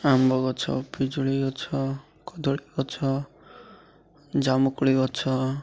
ଆମ୍ବ ଗଛ ପିଜୁଳି ଗଛ କଦଳୀ ଗଛ ଜାମୁକୋଳି ଗଛ